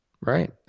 Right